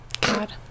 God